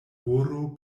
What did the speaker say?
horo